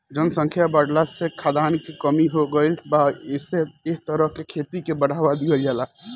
जनसंख्या बाढ़ला से खाद्यान के कमी हो गईल बा एसे एह तरह के खेती के बढ़ावा देहल जाता